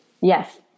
yes